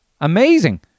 amazing